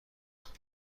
مواجه